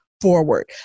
forward